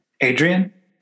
Adrian